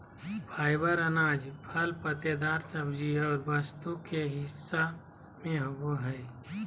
fibre अनाज, फल पत्तेदार सब्जी और वस्तु के हिस्सा में होबो हइ